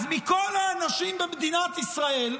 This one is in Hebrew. מכל האנשים במדינת ישראל,